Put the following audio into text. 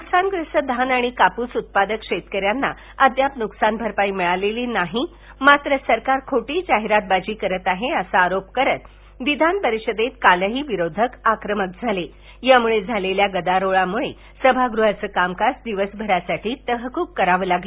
नुकसानग्रस्त धान आणि कापूस उत्पादक शेतकर्यांना थद्याप नुकसानभरपाई मिळालेली नाही मात्र सरकार खोटी जाहिरातबाजी करत आहे असा आरोप करत विघानपरिषदेत कालही विरोधक आक्रमक झाले यामुळे झालेल्या गदारोळामुळे सभागृहाचं कामकाज दिवसभरासाठी तहकूब करावं लागलं